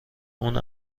اون